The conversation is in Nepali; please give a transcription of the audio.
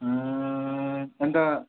ए अन्त